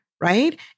right